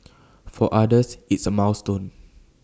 for others it's A milestone